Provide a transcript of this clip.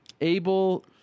able